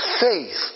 faith